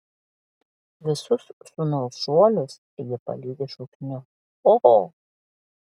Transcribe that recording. visus sūnaus šuolius ji palydi šūksniu oho